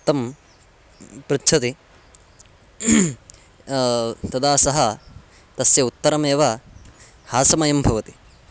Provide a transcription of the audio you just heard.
तं पृच्छति तदा सः तस्य उत्तरमेव हास्यमयं भवति